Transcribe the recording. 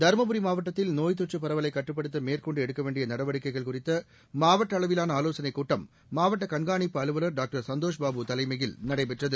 தருமபுரி மாவட்டத்தில் நோய்த் தொற்றுப் பரவலை கட்டுப்படுத்த மேற்கொண்டு எடுக்க வேண்டிய நடவடிக்கைகள் குறித்த மாவட்ட அளவிலான ஆலோசனைக் கூட்டம் மாவட்ட கண்காணிப்பு அலுவலர் டாக்டர் சந்தோஷ்பாபு தலைமையில் நடைபெற்றது